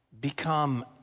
become